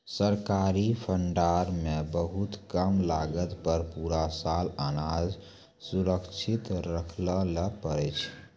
सरकारी भंडार मॅ बहुत कम लागत पर पूरा साल अनाज सुरक्षित रक्खैलॅ पारै छीं